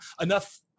Enough